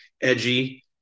edgy